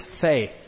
faith